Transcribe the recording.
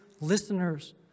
listeners